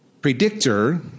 predictor